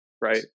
right